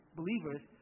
believers